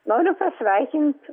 noriu pasveikint